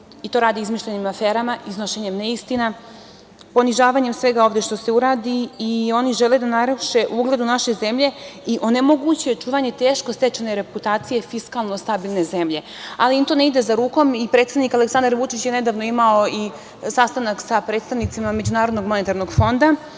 To rade izmišljenim aferama, iznošenjem neistina, ponižavanjem svega ovde što se uradi. Oni žele da naruše ugled naše zemlje i onemoguće čuvanje teško stečene reputacije fiskalno stabilne zemlje. To im ne ide za rukom. Predsednik Aleksandar Vučić je nedavno imao i sastanak sa predstavnicima MMF-a i Srbija